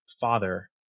father